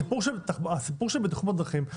הסיפור של בטיחות בדרכים,